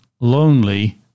lonely